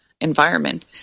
environment